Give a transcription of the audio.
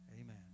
Amen